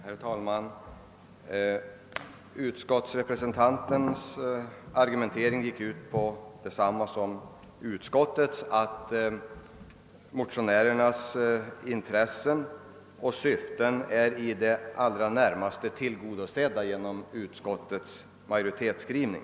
Herr talman! Herr Petterssons i Lund argumentering överensstämde med utskottets, nämligen att motionärernas in tressen i det närmaste tillgodosetts genom utskottets skrivning och därför avslås motionerna.